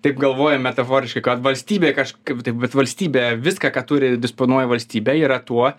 taip galvojam metaforiškai kad valstybė kažkaip taip bet valstybė viską ką turi disponuoja valstybė yra tuo